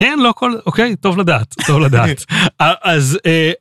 אין, לא כל, אוקיי, טוב לדעת, טוב לדעת, אז...